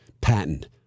patent